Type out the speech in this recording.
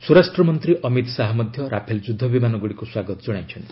ସ୍ୱରାଷ୍ଟ୍ର ମନ୍ତ୍ରୀ ଅମିତ ଶାହା ମଧ୍ୟ ରାଫେଲ୍ ଯୁଦ୍ଧ ବିମାନଗୁଡ଼ିକୁ ସ୍ୱାଗତ ଜଣାଇଛନ୍ତି